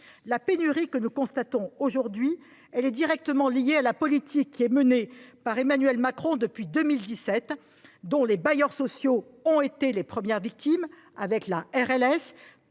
La pénurie que nous constatons aujourd’hui est directement liée à la politique menée par Emmanuel Macron depuis 2017, dont les bailleurs sociaux ont été les premières victimes avec la RLS.